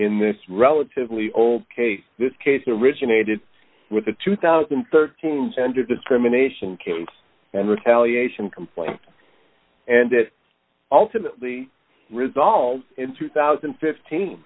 in this relatively old case this case originated with a two thousand and thirteen gender discrimination case and retaliation complaint and it ultimately resolved in two thousand and fifteen